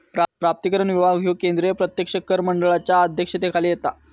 प्राप्तिकर विभाग ह्यो केंद्रीय प्रत्यक्ष कर मंडळाच्या अध्यक्षतेखाली येता